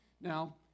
Now